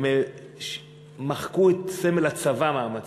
הם מחקו את סמל הצבא מהמצבה.